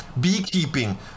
beekeeping